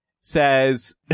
says